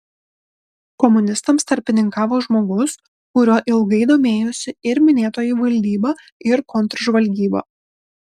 komunistams tarpininkavo žmogus kuriuo ilgai domėjosi ir minėtoji valdyba ir kontržvalgyba